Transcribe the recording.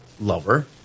lover